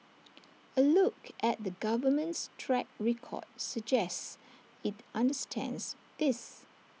A look at the government's track record suggests IT understands this